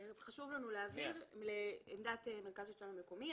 חשוב לנו להבהיר את עמדת מרכז שלטון המקומי.